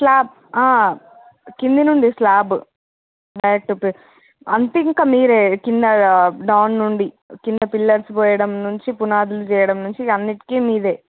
slab కింద నుండి slab direct అంతే ఇంకా మీరే కింద డౌన్ నుండి కింద పిల్లర్స్ పోయడం నుంచి పునాదులు చేయడం నుంచి అన్నిటికి మీదే